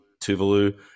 Tuvalu